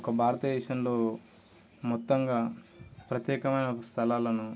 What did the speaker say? ఒక భారతదేశంలో మొత్తంగా ప్రత్యేకమైన స్థలాలను